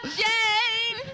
jane